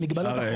במגבלות החוק.